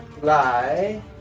fly